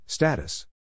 Status